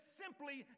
simply